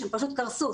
כי הן פשוט קרסו.